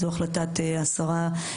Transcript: זו החלטת השרה,